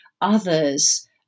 others